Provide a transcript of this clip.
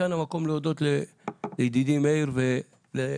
כאן המקום להודות לידידי מאיר ולאלי